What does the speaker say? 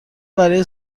برای